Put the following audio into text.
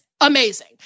amazing